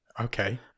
Okay